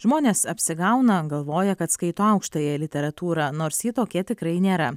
žmonės apsigauna galvoja kad skaito aukštąją literatūrą nors ji tokia tikrai nėra